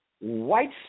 white